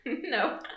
No